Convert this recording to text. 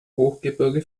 hochgebirge